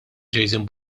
jason